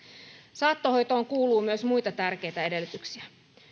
saattohoitoon kuuluu myös muita tärkeitä edellytyksiä